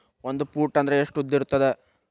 ಒಂದು ಫೂಟ್ ಅಂದ್ರೆ ಎಷ್ಟು ಉದ್ದ ಇರುತ್ತದ?